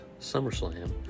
SummerSlam